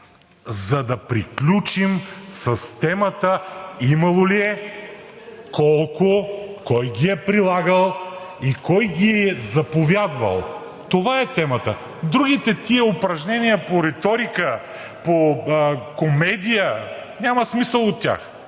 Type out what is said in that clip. за да приключим с темата: имало ли е, колко, кой ги е прилагал и кой ги е заповядвал? Това е темата. Другите тия упражнения по риторика, по комедия, няма смисъл от тях